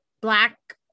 black